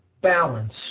balance